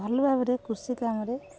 ଭଲ ଭାବରେ କୃଷି କାମରେ